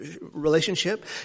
relationship